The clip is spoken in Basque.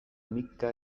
micka